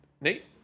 Nate